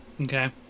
Okay